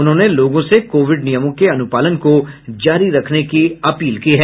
उन्होंने लोगों से कोविड नियमों के अनुपालन को जारी रखने की अपील की है